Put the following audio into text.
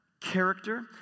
character